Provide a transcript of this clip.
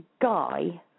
guy